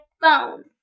phone